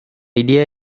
idea